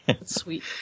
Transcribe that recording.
Sweet